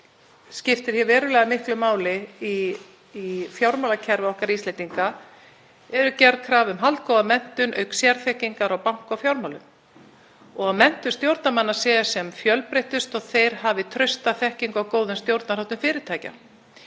skiptir verulega miklu máli í fjármálakerfi okkar Íslendinga, er gerð krafa um haldgóða menntun auk sérþekkingar á banka- og fjármálum og að menntun stjórnarmanna sé sem fjölbreyttust og þeir hafi trausta þekkingu á góðum stjórnarháttum fyrirtækja.